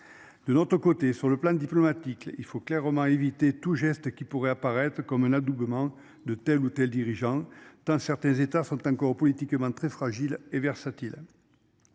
De notre côté, sur le plan diplomatique il faut clairement éviter tout geste qui pourrait apparaître comme un adoubement de tels ou tels dirigeants putain certains États sont encore politiquement très fragile et versatile.